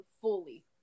fully